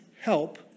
help